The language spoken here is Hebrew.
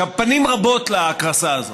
פנים רבות להקרסה הזאת.